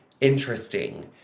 interesting